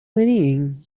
whinnying